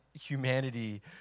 humanity